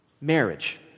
marriage